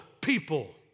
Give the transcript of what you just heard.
people